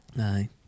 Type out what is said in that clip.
Aye